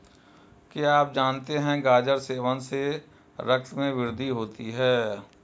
क्या आप जानते है गाजर सेवन से रक्त में वृद्धि होती है?